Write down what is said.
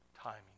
Timing